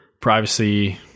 privacy